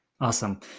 Awesome